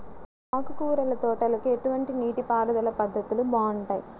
ఆకుకూరల తోటలకి ఎటువంటి నీటిపారుదల పద్ధతులు బాగుంటాయ్?